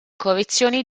correzioni